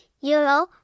Euro